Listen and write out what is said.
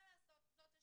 מה לעשות, זאת השגרה,